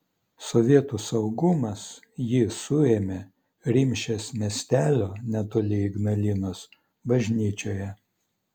sovietų saugumas jį suėmė rimšės miestelio netoli ignalinos bažnyčioje